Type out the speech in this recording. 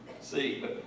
see